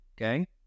okay